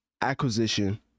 acquisition